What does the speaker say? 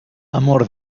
amor